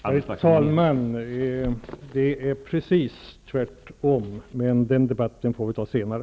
Herr talman! Det förhåller sig precis tvärom. Men den debatten får vi ta senare.